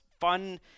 fun